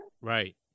Right